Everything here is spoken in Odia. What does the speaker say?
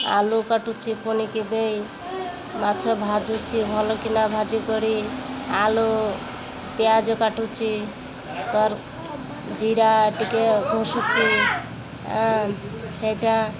ଆଳୁ କାଟୁଛି ପନିକି ଦେଇ ମାଛ ଭାଜୁଛି ଭଲକିିନା ଭାଜି କରି ଆଳୁ ପିଆଜ କାଟୁଛି ଜିରା ଟିକେ ଘଷିଛି ସେଇଟା